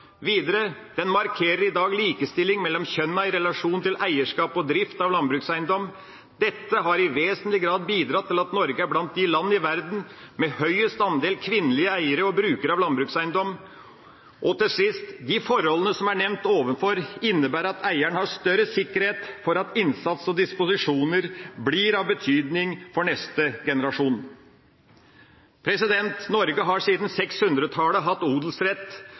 Videre beholdes eiendommen udelt så den legger til rette for fortsatt landbruk, bruk av land, i Norge, fordi neste generasjon får anledning til å overta til en pris som kan forrentes av driften. Odelsretten markerer i dag likestilling mellom kjønnene i relasjon til eierskap og drift av landbrukseiendom. Dette har i vesentlig grad bidratt til at Norge er blant de land i verden med høyest andel kvinnelige eiere og brukere av landbrukseiendom. Og til sist: De forholdene som er nevnt ovenfor, innebærer at